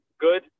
good